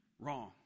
wrong